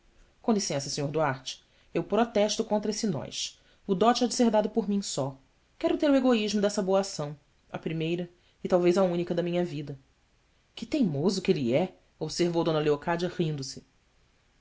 com licença sr duarte eu protesto contra esse nós o dote há de ser dado por mim só quero ter o egoísmo dessa boa ação a primeira e talvez a única de minha vida ue teimoso que ele é observou d leocádia rindo-se